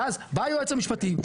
ואז בא היועץ המשפטי,